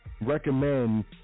recommend